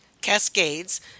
cascades